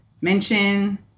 mention